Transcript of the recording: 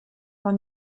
war